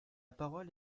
parole